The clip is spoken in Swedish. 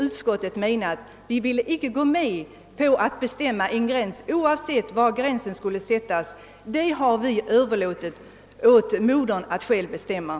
Utskottet har inte velat bestämma en gräns, oavsett var den skall sättas, utan vi har överlåtit åt modern att själv avgöra saken.